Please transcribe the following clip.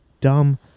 dumb